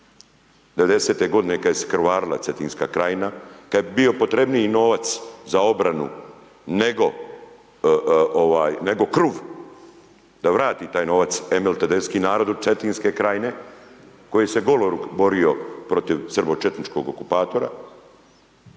90. godine kad se je krvarila Cetinska krajina, kad je bio potrebniji novac za obranu, nego kruv, da vrati taj novac Emil Tedeski narodu Cetinske krajine koji se goloruk borio protiv srbočetničkog okupatora,